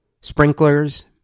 sprinklers